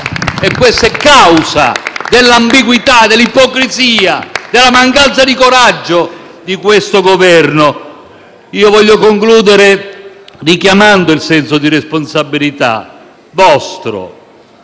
E questo è causa dell'ambiguità, dell'ipocrisia, della mancanza di coraggio di questo Governo. Voglio concludere richiamando il vostro senso di responsabilità.